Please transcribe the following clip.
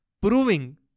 proving